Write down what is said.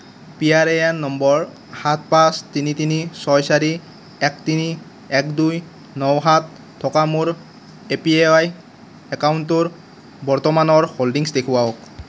P R A N number সাত পাঁচ তিনি তিনি ছয় চাৰি এক তিনি এক দুই ন সাত থকা মোৰ এ পি ৱাই একাউণ্টটোৰ বৰ্তমানৰ হোল্ডিংছ দেখুৱাওক